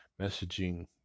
messaging